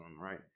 right